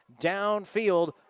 downfield